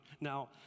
Now